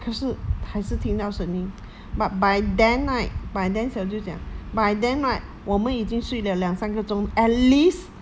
可是还是听到声音 but by then right by then 小舅讲 by then right 我们已经睡了两三个钟 at least